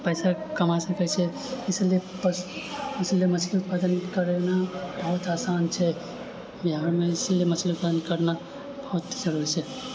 पैसा कमा सकै छै इसलिए पशु मछली उत्पादन करैमे बहुत आसान छै बिहारमे इसीलिए मछली उत्पादन करना बहुत जरूरी छै